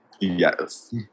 Yes